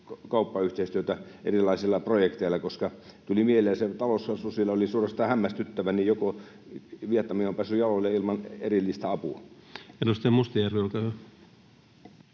kauppayhteistyötä erilaisilla projekteilla? Tuli mieleen, kun se taloushan oli siellä suorastaan hämmästyttävä, joko Vietnam on päässyt jaloilleen ilman erillistä apua. Edustaja Mustajärvi, olkaa hyvä.